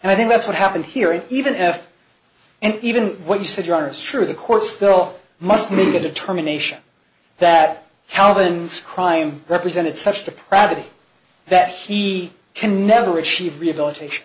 and i think that's what happened here and even f and even when you said you are sure the court still must make a determination that calvin's crime represented such depravity that he can never achieve rehabilitation